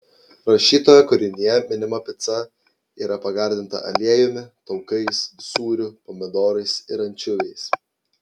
rašytojo kūrinyje minima pica yra pagardinta aliejumi taukais sūriu pomidorais ir ančiuviais